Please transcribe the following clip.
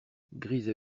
grise